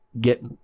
get